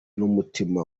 n’umutima